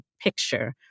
picture